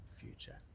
future